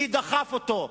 מי דחף אותו,